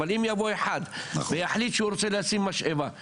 אבל אם יבוא אחד ויחליט שהוא רוצה לשים משאבה,